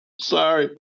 Sorry